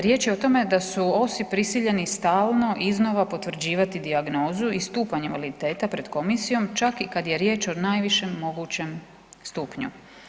Riječ je o tome da su OSI prisiljeni stalno iznova potvrđivati dijagnozu i stupanj invaliditeta pred komisijom čak i kad je riječ o najvišem mogućem stupnju.